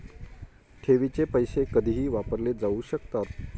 ठेवीचे पैसे कधीही वापरले जाऊ शकतात